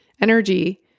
energy